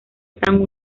están